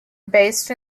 based